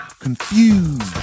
confused